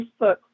Facebook